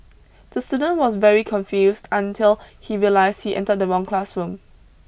the student was very confused until he realised he entered the wrong classroom